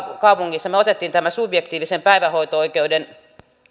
kaupungissa tämä subjektiivisen päivähoito oikeuden